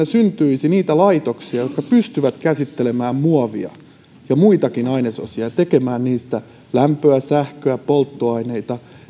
syntyisi laitoksia jotka pystyvät käsittelemään muovia ja muitakin ainesosia ja tekemään niistä lämpöä sähköä polttoaineita